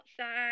outside